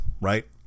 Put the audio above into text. right